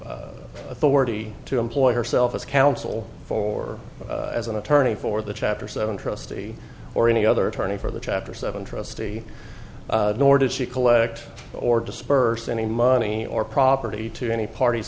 seek authority to employ herself as counsel for as an attorney for the chapter seven trustee or any other attorney for the chapter seven trustee nor did she collect or disperse any money or property to any parties